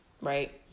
right